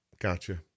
Gotcha